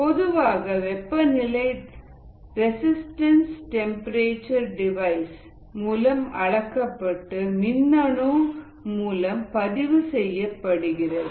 பொதுவாக வெப்பநிலை resistance temperature device மூலம் அளக்க பட்டு மின்னணு மூலம் பதிவு செய்யப்படுகிறது